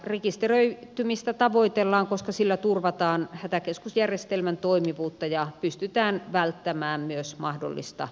rekisteröitymistä tavoitellaan koska sillä turvataan hätäkeskusjärjestelmän toimivuutta ja pystytään välttämään myös mahdollista ilkivaltaa